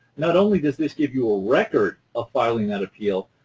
not only does this give you a record of filing that appeal,